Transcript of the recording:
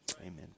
Amen